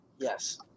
Yes